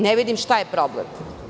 Ne vidim šta je problem?